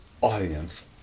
audience